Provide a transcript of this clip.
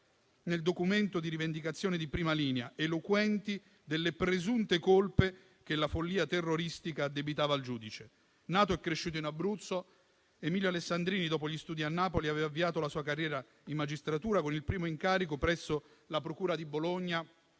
nel documento di rivendicazione di Prima linea, eloquenti delle presunte colpe che la follia terroristica addebitava al giudice. Nato e cresciuto in Abruzzo, Emilio Alessandrini, dopo gli studi a Napoli, aveva avviato la sua carriera in magistratura con il primo incarico presso la procura di Bologna